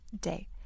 day